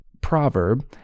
proverb